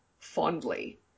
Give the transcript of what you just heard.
fondly